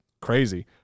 crazy